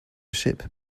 ship